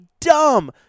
dumb